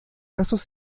casos